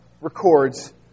records